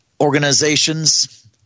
organizations